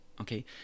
okay